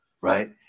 right